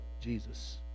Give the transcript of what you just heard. Jesus